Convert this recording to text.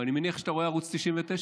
ואני מניח שאתה רואה ערוץ 99,